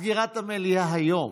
עד סגירת המליאה היום.